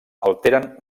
alteren